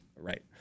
Right